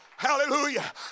Hallelujah